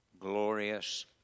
Glorious